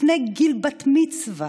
לפני גיל בת-מצווה.